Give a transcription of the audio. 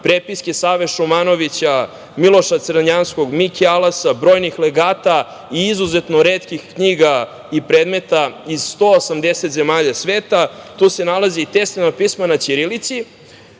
prepiske Save Šumanovića, Miloša Crnjanskog, Mike Alasa, brojnih legata i izuzetno retkih knjiga i predmeta iz 180 zemalja sveta tu se nalaze i Teslina pisma na ćirilici,